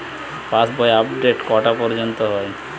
পাশ বই আপডেট কটা পর্যন্ত হয়?